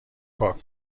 پاک